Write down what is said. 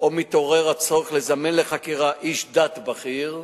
או מתעורר הצורך לזמן לחקירה איש דת בכיר,